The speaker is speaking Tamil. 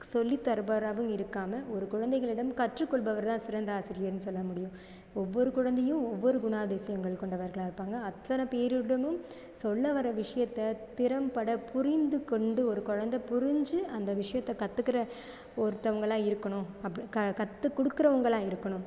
சொல்லித்தருபவராகவும் இருக்காமல் ஒரு குழந்தைகளிடம் கற்றுக்கொள்பவர் தான் சிறந்த ஆசிரியர்னு சொல்ல முடியும் ஒவ்வொரு குழந்தையும் ஒவ்வொரு குணாதிசியங்கள் கொண்டவர்களா இருப்பாங்க அத்தனைப் பேரிடமும் சொல்லவர விஷயத்த திறம்பட புரிந்துக் கொண்டு ஒரு குழந்தை புரிஞ்சு அந்த விஷயத்த கற்றுக்குற ஒருத்தங்களா இருக்கணும் அப்படி கத்துக்கொடுக்குறவங்களா இருக்கணும்